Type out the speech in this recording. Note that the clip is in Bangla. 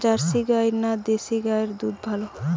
জার্সি গাই না দেশী গাইয়ের দুধ ভালো?